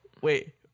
Wait